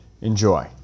Enjoy